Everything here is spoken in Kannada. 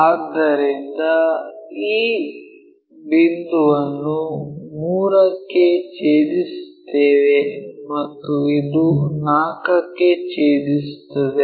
ಆದ್ದರಿಂದ ಈ ಬಿಂದುವನ್ನು 3 ಕ್ಕೆ ಛೇದಿಸುತ್ತೇವೆ ಮತ್ತು ಇದು 4 ಕ್ಕೆ ಛೇದಿಸುತ್ತದೆ